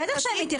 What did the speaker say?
בטח שהם מתייחסים.